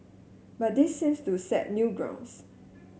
but this seems to set new grounds